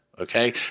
Okay